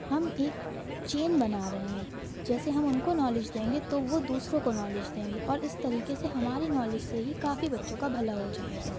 ہم ایک چین بنا رہے ہیں جیسے ہم ان کو نالج دیں گے وہ دوسروں کو نالج دیں گے اور اس طریقے سے ہماری نالج سے ہی کافی بچوں کا بھلا ہو جائے گا